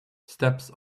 steps